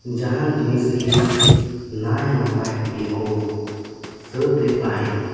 ᱡᱟᱦᱟᱱ ᱡᱤᱱᱤᱥᱜᱮ ᱱᱟᱭ ᱱᱟᱯᱟᱭ ᱛᱮᱜᱮ ᱠᱚ ᱥᱟᱹᱛᱮᱫ ᱛᱟᱦᱮᱸᱫ